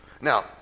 Now